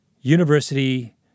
university